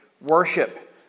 worship